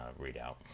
readout